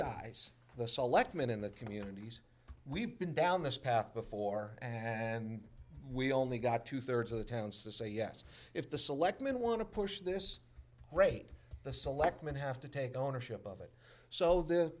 guys the selectmen in the communities we've been down this path before and we only got two thirds of the towns to say yes if the selectmen want to push this rate the selectmen have to take ownership of it so the